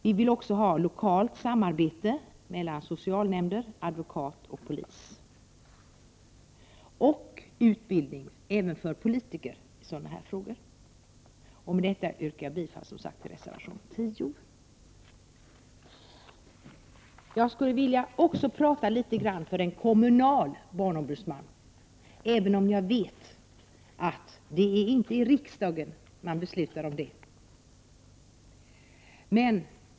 Vi vill vidare ha lokalt samarbete mellan socialnämnder, advokat och polis samt utbildning för politiker i dessa frågor. Med detta yrkar jag bifall till reservation 10. Jag skulle vilja tala för en kommunal barnombudsman, även om jag vet att det inte är i riksdagen man beslutar om sådant.